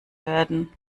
werden